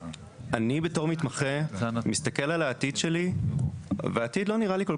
אני בתור מתמחה מסתכל על העתיד שלי והעתיד לא נראה לי כל